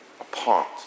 apart